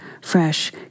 fresh